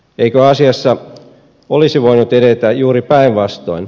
eikö asiassa olisi voinut edetä juuri päinvastoin